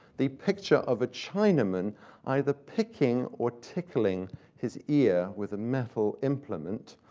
the picture of a chinaman either picking or tickling his ear with a metal implement.